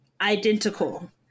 identical